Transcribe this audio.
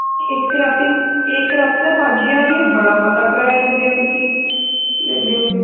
इक रातीं दा पंज ज्हार बड़ा मता कराया लैंदे हो तुसी लैंदे हो